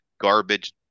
garbage